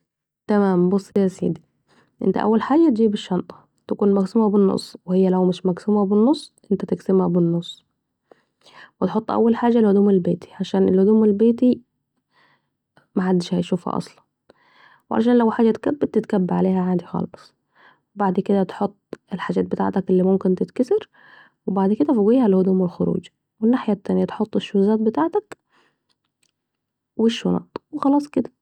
تمام بص يا سيدي أنت أول حاجة تجيب الشنطة تكون مقسومه بالنص وهي لو مش مقسومه بالنص أنت تقسمها بالنص ، و تحط أول حاجة الهدوم البيتي علشان الهدوم البيتي محدش هيشوفها أصلا لو حاجه اتكبت تتكب عليها عادي خلاص، بعد كده تحط الحاجة بتعتك الي ممكن تتكسر ، بعدين الهدوم الخروج ، و الناحيه التانيه تحط الشوزات و الشنط، و خلاص كده